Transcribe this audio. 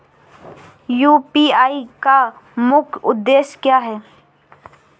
UPI का मुख्य उद्देश्य क्या है?